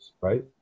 right